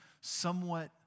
somewhat